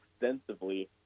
extensively